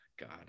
god